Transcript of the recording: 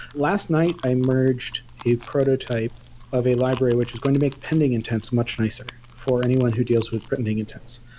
last night, i merged a prototype of a library, which is going to make pending intents much nicer for anyone who deals with pending intents.